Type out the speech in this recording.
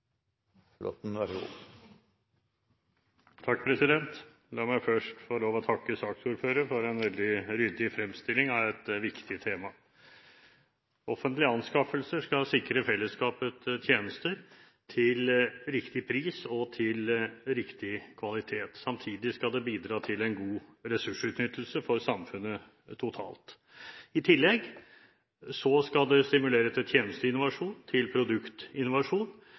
å takke saksordføreren for en veldig ryddig fremstilling av et viktig tema. Offentlige anskaffelser skal sikre fellesskapet tjenester til riktig pris og av riktig kvalitet. Samtidig skal det bidra til god ressursutnyttelse for samfunnet totalt sett. I tillegg skal det stimulere til tjeneste- og produktinnovasjon.